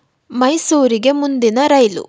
ಮೈಸೂರಿಗೆ ಮುಂದಿನ ರೈಲು